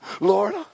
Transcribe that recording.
Lord